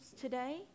today